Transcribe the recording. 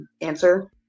answer